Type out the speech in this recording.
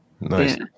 Nice